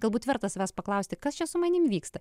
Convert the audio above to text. galbūt verta savęs paklausti kas čia su manimi vyksta